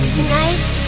tonight